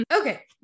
Okay